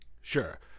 Sure